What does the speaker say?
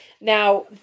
now